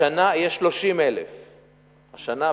השנה יש 30,000. השנה,